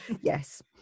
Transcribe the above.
yes